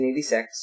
1986